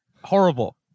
Horrible